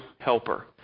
helper